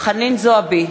חנין זועבי,